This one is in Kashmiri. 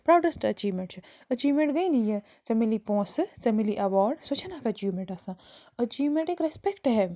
پرٛاوڈٮ۪سٹ أچیٖومٮ۪نٛٹ چھِ أچیٖومٮ۪نٛٹ گٔے نہٕ یہِ ژےٚ مِلی پونٛسہٕ ژےٚ مِلی اٮ۪واڈ سۄ چھَنہٕ اَکھ أچیٖومٮ۪نٛٹ آسان أچیٖومٮ۪نٛٹ ایک رٮ۪سپٮ۪کٹ ہے